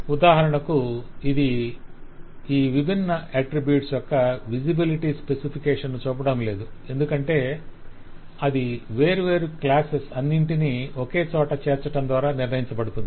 ఉదాహరణకు ఇది ఈ విభిన్న అట్ట్రిబ్యూట్స్ యొక్క విజిబిలిటీ స్పెసిఫికేషన్ ను చూపడం లేదు ఎందుకంటే అది వేర్వేరు క్లాసెస్ అన్నింటినీ ఒకచోట చేర్చటం ద్వారా నిర్ణయించబడుతుంది